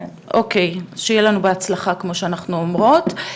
אוקי, שיהיה לנו בהצלחה, כמו שאנחנו אומרות.